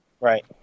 Right